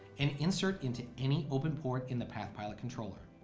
and insert into any open port in the pathpilot controller.